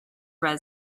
red